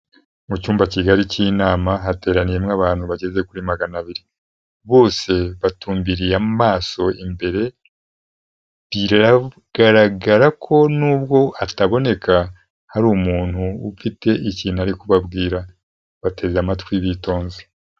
Mu cyumba kigari cy'inama hateraniyemo abantu bageze kuri magana abiri, bose batumbiriye amaso imbere, biragaragara ko nubwo hataboneka, hari umuntu ufite ikintu ari kubabwira bateze amatwi bitonze.